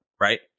right